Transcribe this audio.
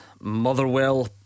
Motherwell